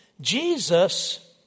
Jesus